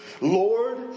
Lord